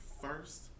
first